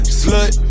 slut